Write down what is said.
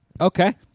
Okay